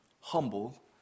humble